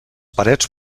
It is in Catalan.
parets